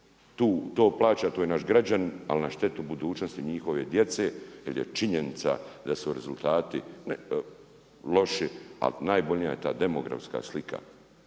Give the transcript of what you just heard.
ko to plaća to je naš građanin, ali na štetu budućnosti njihove djece. Jel je činjenica da su rezultati ne loši, ali najbolnija ja ta demografska slika